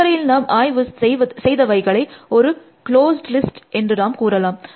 இதுவரையில் நாம் ஆய்வு செய்தவைகளை ஒரு க்ளோஸ்ட் லிஸ்ட் என்று நாம் கூறலாம்